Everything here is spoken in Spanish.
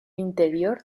interior